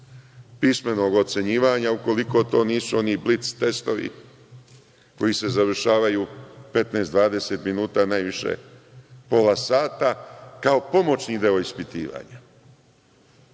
pismenog ocenjivanja ukoliko to nisu oni blic testovi koji se završavaju 15-20 minuta najviše pola sata, kao pomoćni deo ispitivanja.